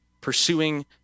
pursuing